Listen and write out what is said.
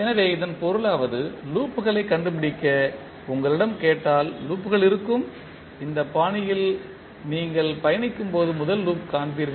எனவே அதன் பொருளாவது லூப்களைக் கண்டுபிடிக்க உங்களிடம் கேட்டால் லூப்கள் இருக்கும் இந்த பாணியில் நீங்கள் பயணிக்கும்போது முதல் லூப் காண்பீர்கள்